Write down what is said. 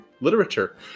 literature